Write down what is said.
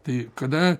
tai kada